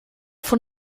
von